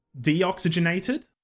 deoxygenated